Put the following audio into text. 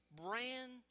brand